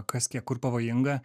kas kiek kur pavojinga